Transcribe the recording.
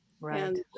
Right